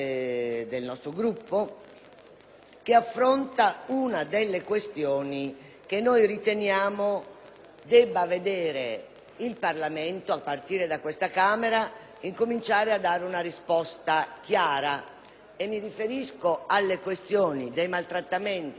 che affronta una delle questioni che riteniamo debba vedere il Parlamento, a partire da questa Camera, cominciare a dare una risposta chiara: mi riferisco alle questioni dei maltrattamenti, delle molestie e dello *stalking.*